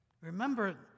Remember